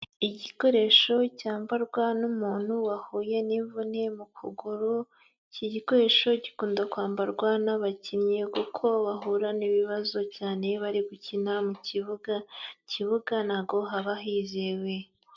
Igikoresho cyambarwa n'umuntu wahuye n'imvune mu kuguru, iki gikoresho gikunda kwambarwa n'abakinnyi kuko bahura n'ibibazo cyane bari gukina mu kibuga, mu kibuga ntago haba hizewe.